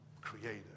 creator